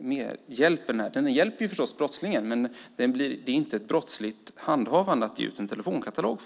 medhjälpare. Brottslingen får förstås hjälp, men det är inte ett brottsligt handhavande att ge ut en telefonkatalog.